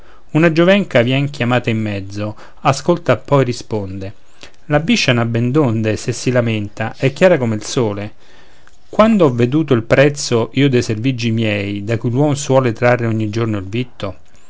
una giovenca vien chiamata in mezzo ascolta poi risponde la biscia n'ha ben donde se si lamenta è chiara come il sole quando ho veduto il prezzo io de servigi miei da cui l'uom suole trarre ogni giorno il vitto